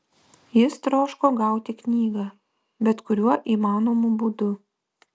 jis troško gauti knygą bet kuriuo įmanomu būdu